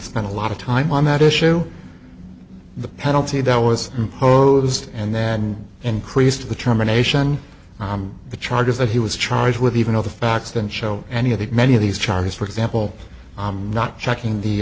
spend a lot of time on that issue the penalty that was imposed and that increased the terminations the charges that he was charged with even though the facts that show any of that many of these charges for example not checking the